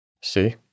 See